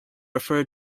refer